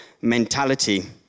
mentality